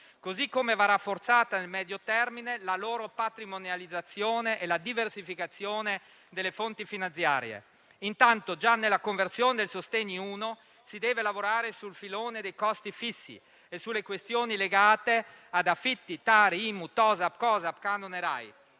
modo, va rafforzata nel medio termine la loro patrimonializzazione e la diversificazione delle fonti finanziarie. Intanto, già nella conversione del primo decreto sostegni, si deve lavorare sul filone dei costi fissi e sulle questioni legate ad affitti (Tari, IMU, TOSAP, canone Rai).